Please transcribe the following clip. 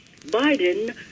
Biden